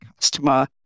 customer